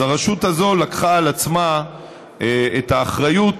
אז הרשות הזאת לקחה על עצמה את האחריות